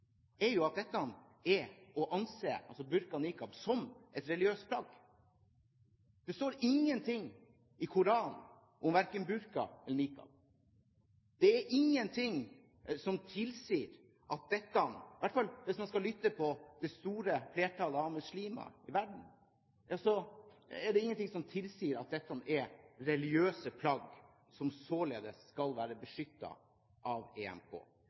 at burka og niqab er å anse som religiøse plagg. Det står ingenting i Koranen om verken burka eller niqab. Det er ingenting som tilsier – i hvert fall hvis man skal lytte til det store flertallet av muslimer i verden – at dette er religiøse plagg som således skal være beskyttet av EMK.